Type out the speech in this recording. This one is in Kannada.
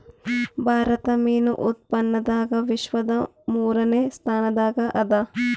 ಭಾರತ ಮೀನು ಉತ್ಪಾದನದಾಗ ವಿಶ್ವದ ಮೂರನೇ ಸ್ಥಾನದಾಗ ಅದ